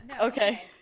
Okay